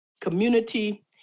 community